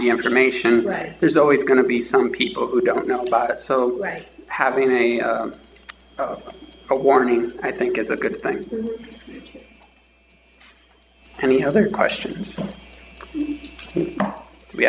the information right there's always going to be some people who don't know about it so it may have been a warning i think it's a good thing any other questions we